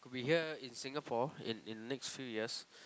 we here in Singapore in in next few years